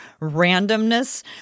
randomness